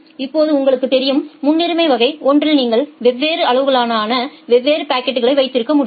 இப்போது உங்களுக்குத் தெரியும் முன்னுரிமை வகை 1 இல் நீங்கள் வெவ்வேறு அளவுகளால் ஆன வெவ்வேறு பாக்கெட்களை வைத்திருக்க முடியும்